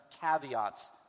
caveats